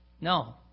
No